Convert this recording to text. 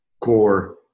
core